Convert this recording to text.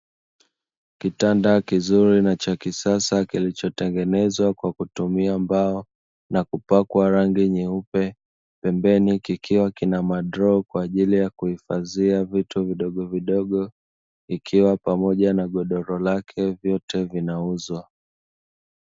Kitanda kizuri na cha kisasa kilichotengenezwa kwa kutumia mbao na kupakwa rangi nyeupe pembeni kikiwa kina madraw kwa ajili ya kuhifadhia vitu vidogo vidogo ikiwa pamoja na godoro lake vyote vinauzwa.